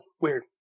weird